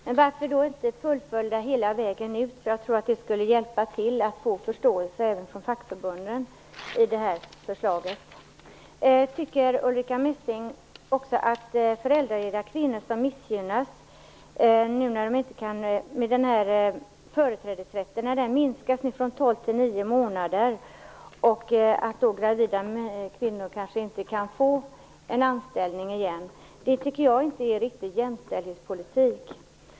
Fru talman! Varför då inte fullfölja detta hela vägen ut? Jag tror nämligen att det skulle göra att man fick förståelse för förslaget även från fackförbunden. När företrädesrätten minskas från tolv till nio månader kan gravida kvinnor kanske inte få en anställning igen. Tycker inte Ulrica Messing att föräldralediga kvinnor missgynnas på detta sätt? Jag tycker inte att det här är någon riktig jämställdhetspolitik.